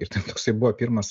ir tai toksai buvo pirmas